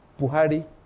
Buhari